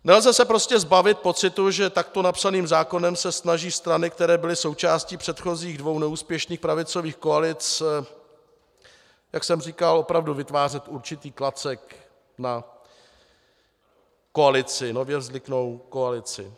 Nelze se prostě zbavit pocitu, že takto napsaným zákonem se snaží strany, které byly součástí předchozích dvou neúspěšných pravicových koalic, jak jsem říkal, opravdu vytvářet určitý klacek na nově vzniklou koalici.